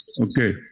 Okay